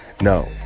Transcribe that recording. no